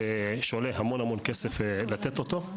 שעולה המון כסף לתת אותו.